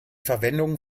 verwendung